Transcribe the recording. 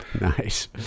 Nice